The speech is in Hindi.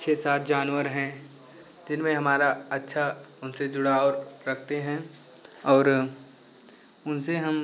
छः सात जानवर हैं जिनमें हमारा अच्छा उनसे जुड़ाव रखते हैं और उनसे हम